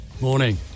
Morning